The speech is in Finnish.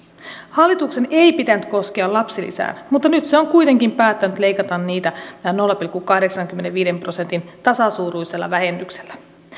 hallituksen ei pitänyt koskea lapsilisään mutta nyt se on kuitenkin päättänyt leikata niitä nolla pilkku kahdeksankymmenenviiden prosentin tasasuuruisella vähennyksellä